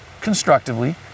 constructively